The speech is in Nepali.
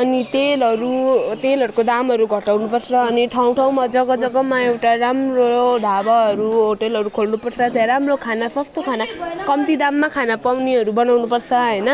अनि तेलहरू तेलहरूको दामहरू घटाउनुपर्छ अनि ठाउँ ठाउँमा जग्गा जग्गामा एउटा राम्रो ढाबाहरू होटलहरू खोल्नुपर्छ त्यहाँ राम्रो खाना सस्तो खाना कम्ती दाममा खाना पाउनेहरू बनाउनुपर्छ होइन